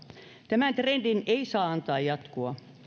tämän trendin ei saa antaa jatkua